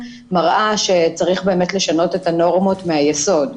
מראה שצריך באמת לשנות את הנורמות מהיסוד.